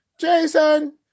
Jason